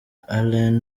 alain